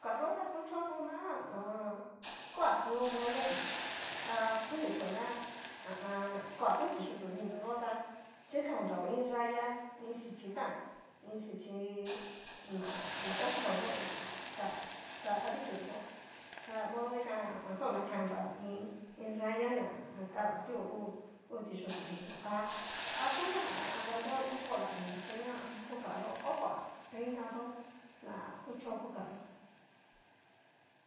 Kuka yó'o ta kuchoto na ha a an. kuatu raya dinio, ha konitio ná ha a an. koa uu tiyutu dinio yo'o ta chikanrao iin raya, iin xhichi kan'na, iin xhichi na no ho teoyó inri xa- xa adikio yó, ta modo dikan xa onaka nra iin, iin raya ná ha a an. kadatuo uu uu tiyutu dinio ha akután ha a an dareo iin kola dinio chín ha a an. yuka yo'o, o kua peinado na kucho kuka yó.